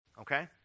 Okay